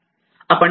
आपण सेल्फ